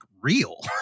real